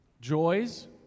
joys